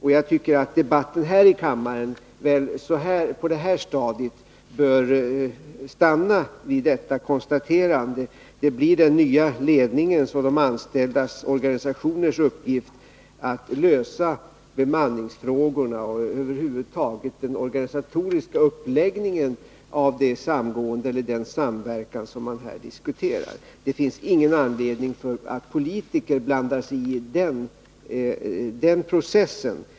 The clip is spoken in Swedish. Därför tycker jag att debatten här i kammaren på detta stadium bör stanna vid detta konstaterande. Det blir den nya ledningens och de anställdas organisationers uppgift att lösa bemanningsfrågorna och över huvud taget den organisatioriska uppläggningen av den samverkan som man här diskuterar. Det finns ingen anledning för politiker att blanda sig i den processen.